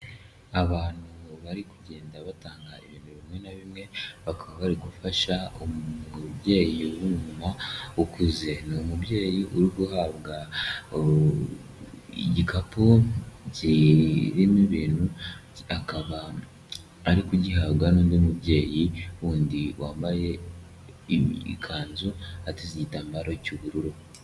Abantu bari kugenda batanga ibintu bimwe na bimwe, bakaba bari gufasha umubyeyi w'umumama ukuze, ni umubyeyi uri guhabwa igikapu kirimo ibintu, akaba ari kugihabwa n'undi mubyeyi wundi wambaye ikanzu ateza igitambaro cy'ubururu.